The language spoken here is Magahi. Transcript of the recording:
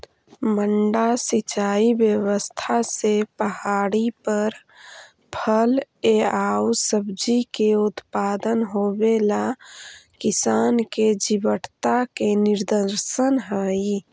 मड्डा सिंचाई व्यवस्था से पहाड़ी पर फल एआउ सब्जि के उत्पादन होवेला किसान के जीवटता के निदर्शन हइ